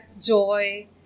joy